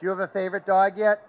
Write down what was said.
do you have a favorite dog yet